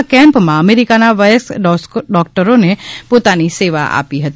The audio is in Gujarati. આ કેમ્પમાં અમેરિકાના વયસ્ક ડોકટરોએ પોતાની સેવા આપી હતી